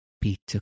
Peter